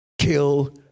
kill